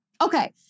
Okay